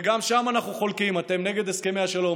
וגם שם אנחנו חלוקים: אתם נגד הסכמי השלום,